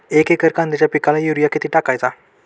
एक एकर कांद्याच्या पिकाला युरिया किती टाकायचा?